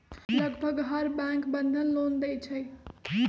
लगभग हर bank Bandhan loan देई छई